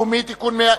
בושה.